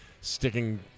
Sticking